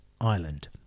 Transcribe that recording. Ireland